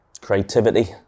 creativity